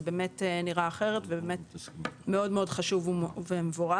זה נראה אחרת ובאמת מאוד מאוד חשוב ומבורך.